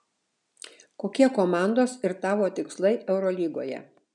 kokie komandos ir tavo tikslai eurolygoje